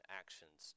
actions